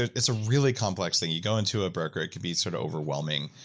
it's a really complex thing. you go into a broker, it could be sort of overwhelming,